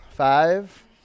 Five